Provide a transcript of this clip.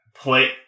play